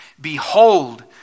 Behold